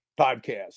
podcast